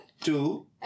two